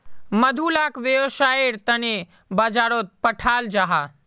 मधु लाक वैव्सायेर तने बाजारोत पठाल जाहा